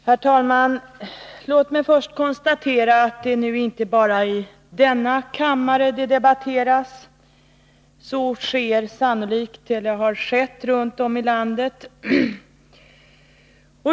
Herr talman! Låt mig först konstatera att det nu inte bara är i denna kammare som det debatteras. Så sker — eller har skett — runt om i landet.